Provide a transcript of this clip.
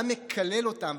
והיה מקלל אותם,